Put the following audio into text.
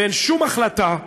ואין שום החלטה,